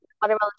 Watermelon